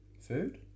Food